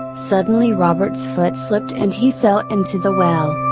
suddenly robert's foot slipped and he fell into the well.